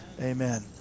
Amen